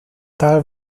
tal